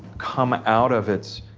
come out of its,